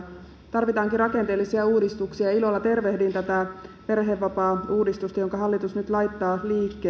tarvitaankin rakenteellisia uudistuksia ja ilolla tervehdin tätä perhevapaauudistusta jonka hallitus nyt laittaa liikkeelle